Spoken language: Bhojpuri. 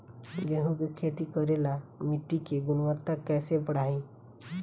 गेहूं के खेती करेला मिट्टी के गुणवत्ता कैसे बढ़ाई?